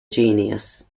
genius